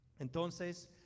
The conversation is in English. Entonces